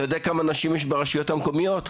אתה יודע כמה נשים יש ברשויות המקומיות?